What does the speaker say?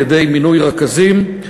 על-ידי מינוי רכזים.